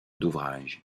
d’ouvrages